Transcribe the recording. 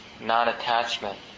non-attachment